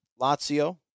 Lazio